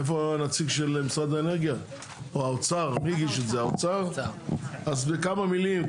האוצר, בכמה מילים.